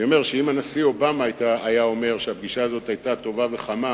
אני אומר שאם הנשיא אובמה היה אומר שהפגישה הזאת היתה טובה וחמה